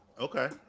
Okay